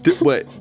Wait